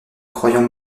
croyant